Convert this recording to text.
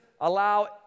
allow